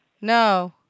No